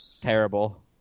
terrible